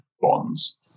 bonds